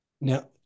now